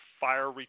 fire